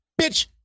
Bitch